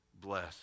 bless